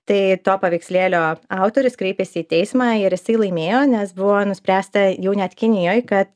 tai to paveikslėlio autorius kreipėsi į teismą ir jisai laimėjo nes buvo nuspręsta jau net kinijoj kad